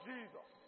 Jesus